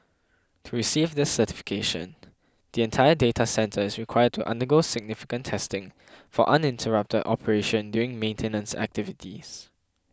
to receive this certification the entire data centre is required to undergo significant testing for uninterrupted operation during maintenance activities